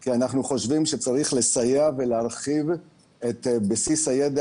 כי אנחנו חושבים שצריך לסייע ולהרחיב את בסיס הידע